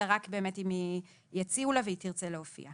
אלא רק אם יציעו לה והיא תרצה להופיע.